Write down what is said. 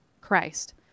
Christ